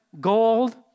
gold